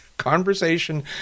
Conversation